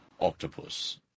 octopus